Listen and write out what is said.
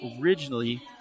originally